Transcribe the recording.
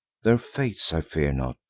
their fates i fear not,